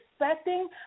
expecting